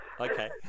Okay